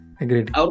Agreed